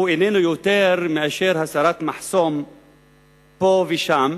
איננו יותר מאשר הסרת מחסום פה ושם,